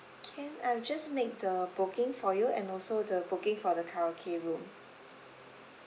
can I'll just make the booking for you and also the booking for the karaoke room